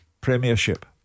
Premiership